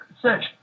search